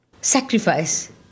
Sacrifice